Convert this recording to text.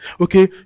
Okay